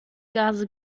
gase